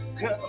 Cause